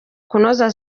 kunoza